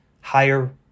higher